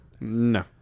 No